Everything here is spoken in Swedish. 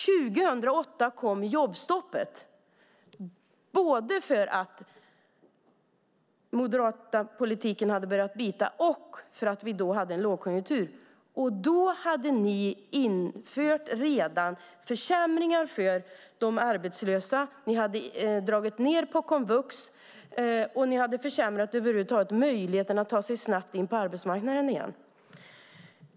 År 2008 kom jobbstoppet, både därför att den moderata politiken hade börjat bita och därför att vi hade en lågkonjunktur. Då hade ni redan infört försämringar för de arbetslösa, dragit ned på komvux och försämrat möjligheterna att över huvud taget ta sig snabbt in på arbetsmarknaden igen.